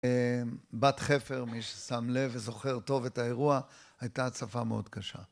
בת חפר, מי ששם לב וזוכר טוב את האירוע, הייתה הצפה מאוד קשה.